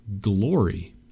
glory